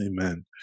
Amen